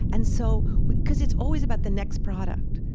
and so because it's always about the next product,